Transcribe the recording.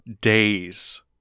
days